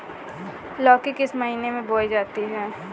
लौकी किस महीने में बोई जाती है?